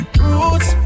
roots